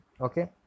Okay